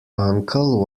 uncle